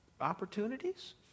opportunities